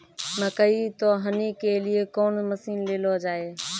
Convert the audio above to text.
मकई तो हनी के लिए कौन मसीन ले लो जाए?